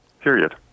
Period